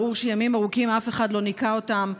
ברור שימים ארוכים אף אחד לא ניקה אותם,